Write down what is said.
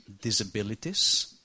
disabilities